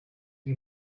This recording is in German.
wie